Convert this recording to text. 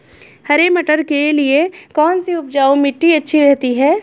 हरे मटर के लिए कौन सी उपजाऊ मिट्टी अच्छी रहती है?